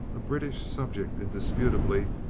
a british subject indisputably,